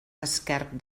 esquerp